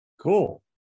Cool